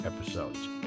episodes